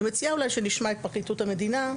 אני מציעה אולי שנשמע את פרקליטות המדינה,